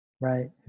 Right